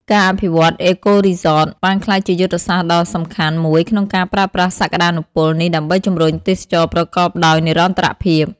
ការអភិវឌ្ឍន៍ អេកូរីសត បានក្លាយជាយុទ្ធសាស្ត្រដ៏សំខាន់មួយក្នុងការប្រើប្រាស់សក្ដានុពលនេះដើម្បីជំរុញទេសចរណ៍ប្រកបដោយនិរន្តរភាព។